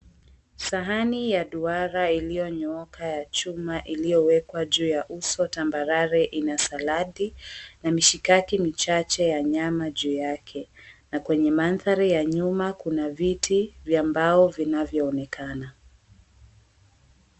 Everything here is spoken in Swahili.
Sahani ya duara iliyonyooka ya chuma iliyowekwa juu ya uso tambarare imeekwa saladi na mishikaki michache ya nyama juu yake na kwa mandhari ya nyuma kuna viti vya mbao vinavyoonekana.